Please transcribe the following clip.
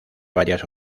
varias